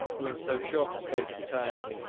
who, in so short a space of time,